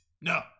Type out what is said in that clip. No